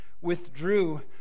withdrew